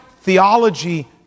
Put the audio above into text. theology